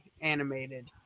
animated